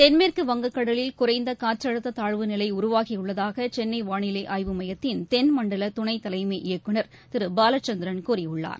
தென்மேற்கு வங்கக்கடலில் குறைந்தகாற்றழுத்ததாழ்வு நிலைஉருவாகியுள்ளதாகசென்னைவானிலைஆய்வு மையத்தின் தென்மண்டலதுணைத்தலைமை இயக்குநர் திருபாலச்சந்திரன் கூறியுள்ளார்